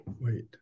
wait